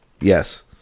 Yes